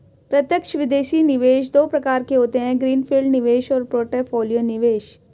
प्रत्यक्ष विदेशी निवेश दो प्रकार के होते है ग्रीन फील्ड निवेश और पोर्टफोलियो निवेश